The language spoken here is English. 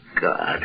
God